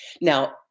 Now